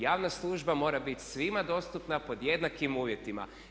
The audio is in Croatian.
Javna služba mora biti svima dostupna pod jednakim uvjetima.